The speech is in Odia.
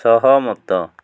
ସହମତ